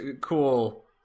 cool